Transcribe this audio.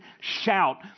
shout